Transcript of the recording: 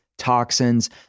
toxins